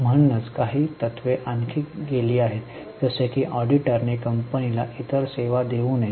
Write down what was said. म्हणूनच काही तत्त्वे आणली गेली आहेत जसे की ऑडिटरने कंपनीला इतर सेवा देऊ नयेत